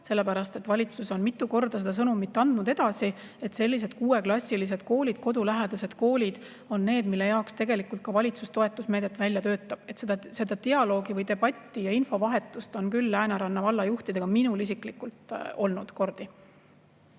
sellepärast et valitsus on mitu korda andnud edasi seda sõnumit, et sellised kuueklassilised koolid, kodulähedased koolid on need, mille jaoks tegelikult ka valitsus toetusmeedet välja töötab. Seda dialoogi või debatti ja infovahetust Lääneranna valla juhtidega on minul isiklikult küll olnud kordi.